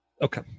Okay